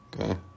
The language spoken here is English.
Okay